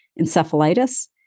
Encephalitis